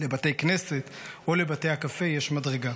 לבתי כנסת או לבתי הקפה יש מדרגה.